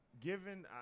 given